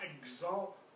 exalt